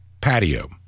patio